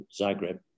Zagreb